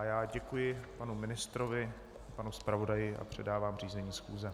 Já děkuji panu ministrovi i panu zpravodaji a předávám řízení schůze.